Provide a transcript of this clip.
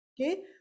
okay